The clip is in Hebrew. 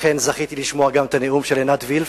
גם את הנאום של עינת וילף,